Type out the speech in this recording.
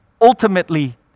ultimately